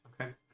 Okay